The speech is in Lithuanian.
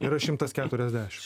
yra šimtas keturiasdešim